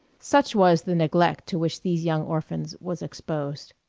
such was the neglect to which these young orphans was exposed.